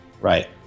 Right